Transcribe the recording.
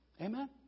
Amen